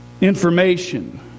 information